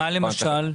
מה למשל?